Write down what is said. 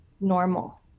normal